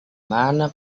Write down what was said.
mana